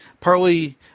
partly